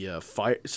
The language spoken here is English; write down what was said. fire